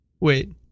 Wait